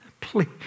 Please